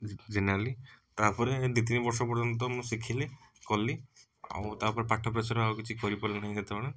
ଜେ generally ତାପରେ ଦୁଇ ତିନି ବର୍ଷ ପର୍ଯ୍ୟନ୍ତ ତ ମୁଁ ଶିଖିଲି କଲି ଆଉ ତାପାରେ ପାଠ ପ୍ରେସର ରେ ଆଉ କିଛି କରି ପାରିଲିନି ସେତେବେଳେ